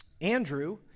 Andrew